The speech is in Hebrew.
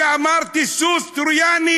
כשאמרתי סוס טרויאני,